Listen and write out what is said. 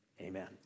Amen